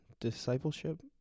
discipleship